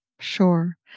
Sure